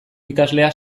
ikaslea